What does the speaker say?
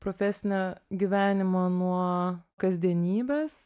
profesinio gyvenimo nuo kasdienybės